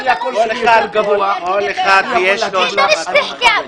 אתה לא דיברת על ארגוני הפשע.